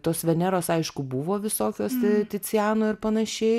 tos veneros aišku buvo visokios t ticiano ir pan